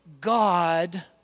God